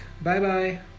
Bye-bye